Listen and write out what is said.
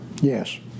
Yes